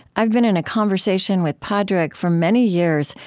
i've been in a conversation with padraig for many years,